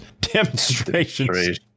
demonstrations